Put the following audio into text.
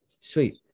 Sweet